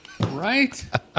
Right